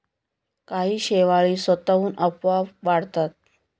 काही शेवाळी स्वतःहून आपोआप वाढतात